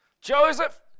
Joseph